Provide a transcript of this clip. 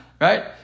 right